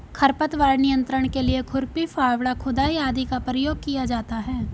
खरपतवार नियंत्रण के लिए खुरपी, फावड़ा, खुदाई आदि का प्रयोग किया जाता है